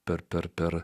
per per per